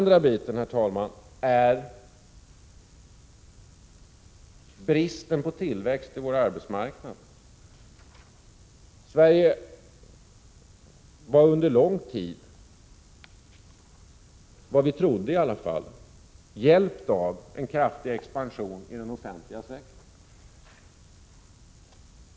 Det råder brist på tillväxt på vår arbetsmarknad. Sverige var under lång tid —- vi trodde det i alla fall — hjälpt av en kraftig expansion i den offentliga sektorn.